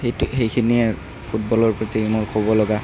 সেইটো সেইখিনিয়ে ফুটবলৰ প্ৰতি মোৰ ক'ব লগা